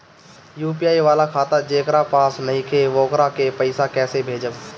UPI वाला खाता जेकरा पास नईखे वोकरा के पईसा कैसे भेजब?